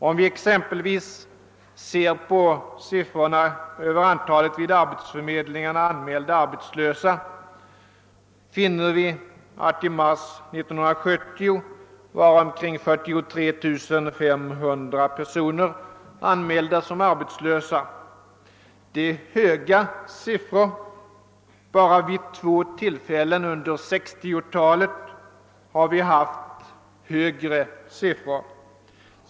Om vi exempelvis ser på siffrorna över antalet vid arbetsförmedlingarna anmälda arbetslösa, finner vi att i mars 1970 omkring 43 500 personer var anmälda som arbetslösa. Det är en hög siffra. Bara vid två tillfällen under 1960-talet har vi haft högre siffror.